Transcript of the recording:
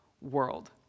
world